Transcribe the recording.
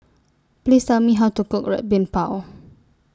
Please Tell Me How to Cook Red Bean Bao